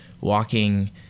walking